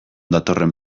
datorren